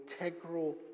integral